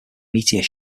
meteor